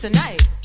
Tonight